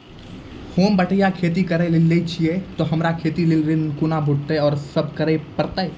होम बटैया खेती करै छियै तऽ हमरा खेती लेल ऋण कुना भेंटते, आर कि सब करें परतै?